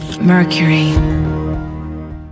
Mercury